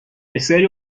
بسیاری